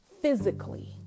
physically